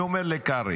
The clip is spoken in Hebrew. אני אומר לקרעי: